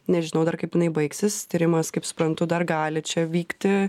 nežinau dar kaip jinai baigsis tyrimas kaip suprantu dar gali čia vykti